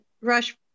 Rush